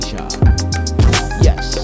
Yes